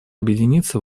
объединиться